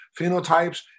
phenotypes